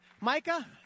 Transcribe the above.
Micah